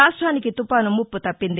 రాష్ట్రానికి తుపాను ముప్ప తప్పింది